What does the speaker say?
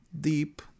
deep